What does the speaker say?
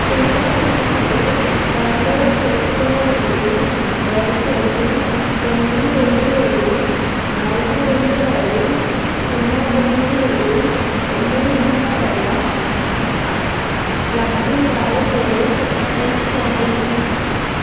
టీకా certificate download చేసుకునేందుకు దయచేసి తొమ్మిది ఏడు ఏడు నాలుగు రెండు ఐదు సున్నా తొమ్మిది ఏడు ఎనిమిది సున్నా గల లబ్ధిదారు పేరు ఎంచుకోండి